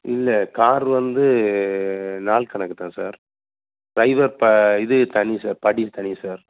இல்லை கார் வந்து நாள் கணக்கு தான் சார் டிரைவர் பா இது தனி சார் படிக்கு தனி சார்